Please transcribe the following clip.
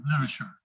literature